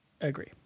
agree